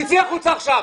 צאי החוצה עכשיו.